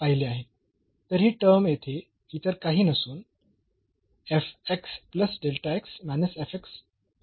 तर ही टर्म येथे इतर काही नसून आहे